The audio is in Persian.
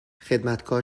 خدمتکار